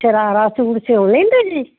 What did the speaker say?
ਸ਼ਰਾਰਾ suit ਸਿਓ ਲੈਂਦੇ ਜੀ